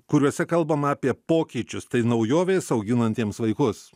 kuriuose kalbama apie pokyčius tai naujovės auginantiems vaikus